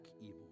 evil